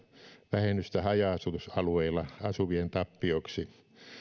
vähennystä haja asutusalueilla asuvien tappioksi